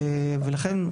לכן,